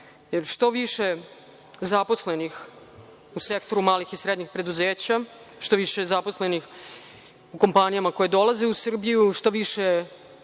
što više zaposlenih u sektoru srednjih i malih preduzeća, što više zaposlenih u kompanijama koje dolaze u Srbiju, što više